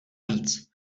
víc